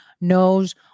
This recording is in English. knows